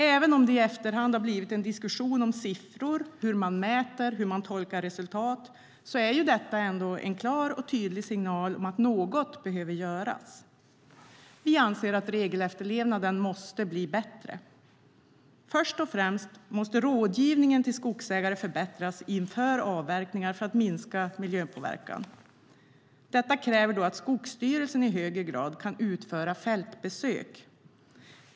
Även om det i efterhand har blivit en diskussion om siffror, hur man mäter och hur man tolkar resultat är detta ändå en klar och tydlig signal om att något behöver göras. Vi anser att regelefterlevnaden måste bli bättre. Först och främst måste rådgivningen till skogsägare förbättras inför avverkningar för att minska miljöpåverkan. Detta kräver att Skogsstyrelsen i högre grad kan utföra fältbesök.